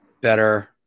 better